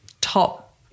top